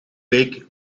week